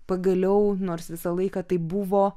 pagaliau nors visą laiką taip buvo